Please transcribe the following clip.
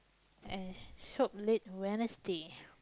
eh shop late Wednesday